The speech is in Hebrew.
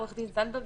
עו"ד זנדברג,